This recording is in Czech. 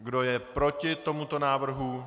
Kdo je proti tomuto návrhu?